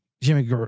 Jimmy